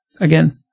again